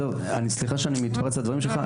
סליחה שאני מתפרץ לדברים שלך.